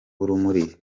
urumuri